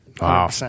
wow